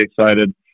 excited